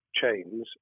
chains